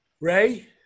Ray